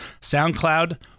SoundCloud